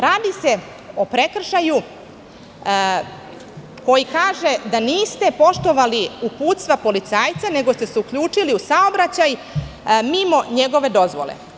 Radi se o prekršaju koji kaže da niste poštovali uputstva policajca, nego ste se uključili u saobraćaj mimo njegove dozvole.